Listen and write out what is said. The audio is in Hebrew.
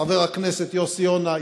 חבר הכנסת יוסי יונה,